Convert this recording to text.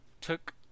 took